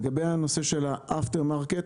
לגבי נושא ה-after market,